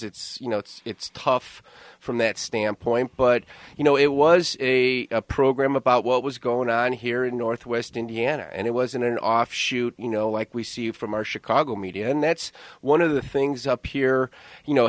it's you know it's it's tough from that standpoint but you know it was a program about what was going on here in northwest indiana and it was an offshoot you know like we see from our chicago media and that's one of the things up here you know